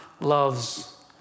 loves